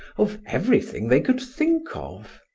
of everything they could think of.